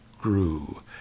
grew